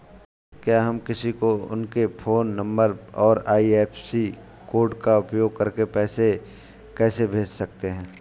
क्या हम किसी को उनके फोन नंबर और आई.एफ.एस.सी कोड का उपयोग करके पैसे कैसे भेज सकते हैं?